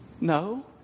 No